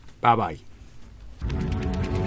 Bye-bye